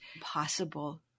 possible